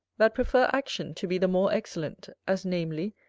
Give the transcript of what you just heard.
that prefer action to be the more excellent as namely,